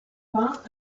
peints